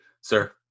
sir